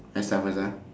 I start first ah